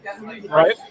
right